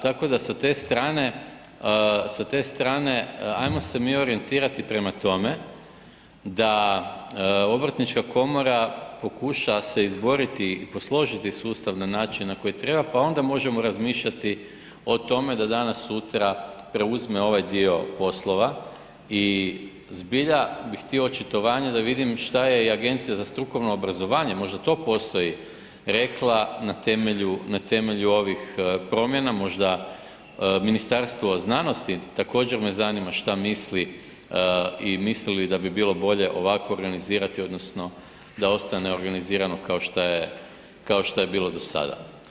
Tako da, tako da sa te strane ajmo se mi orijentirati prema tome da obrtnička komora pokuša se izboriti i posložiti sustav na način na koji treba pa onda možemo razmišljati o tome da danas, sutra preuzme ovaj dio poslova i zbilja bih htio očitovanje da visim šta je i Agencija za strukovno obrazovanje, možda to postoji, rekla na temelju, na temelju ovih promjena, možda Ministarstvo znanosti također me zanima šta misli i misli li da bi bilo bolje ovako organizirati odnosno da ostane organizirano kao šta je bilo do sada.